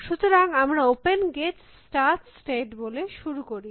সুতরাং আমরা open gates start state বলে শুরু করি